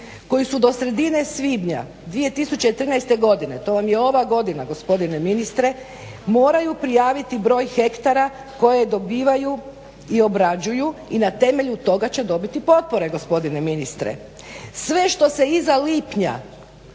koji su do sredine svibnja 2013. godine, to vam je ova godina gospodine ministre moraju prijaviti broj hektara koje dobivaju i obrađuju i na temelju toga će dobiti potpore gospodine ministre. Sve što se iza lipnja